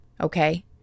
okay